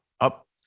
up